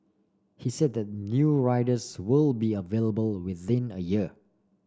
he said that new riders will be available within a year